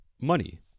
money